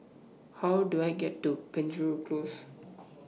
How Do I get to Penjuru Close